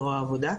זרוע העבודה.